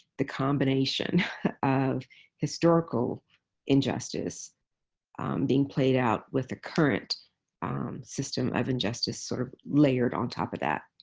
the combination of historical injustice being played out with the current um system of injustice sort of layered on top of that.